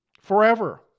Forever